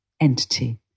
entity